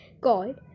called